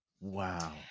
Wow